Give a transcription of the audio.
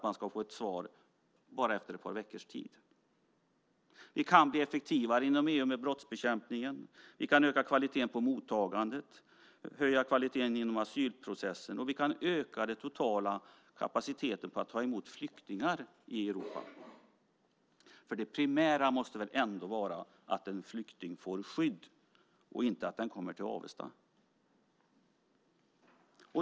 Man ska få ett svar bara efter ett par veckors tid. Vi kan bli effektivare inom EU med brottsbekämpning. Vi kan öka kvaliteten på mottagandet, höja kvaliteten inom asylprocessen och öka den totala kapaciteten att ta emot flyktingar i Europa. Det primära måste väl ändå vara att en flykting får skydd och inte att den kommer till Avesta?